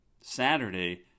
Saturday